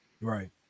Right